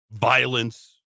violence